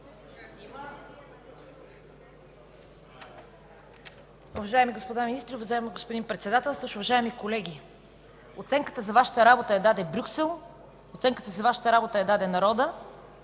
Уважаеми господа министри, уважаеми господин Председател! Уважаеми колеги, оценката за Вашата работа я даде Брюксел, оценката за Вашата работа я даде народът,